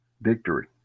victory